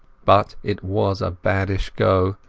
but it was a baddish go,